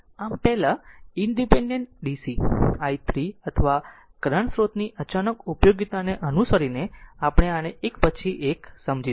આમ પહેલા independent DC i 3 અથવા કરંટ સ્રોતની અચાનક ઉપયોગીતાને અનુસરીને આપણે આને એક પછી એક સમજીશું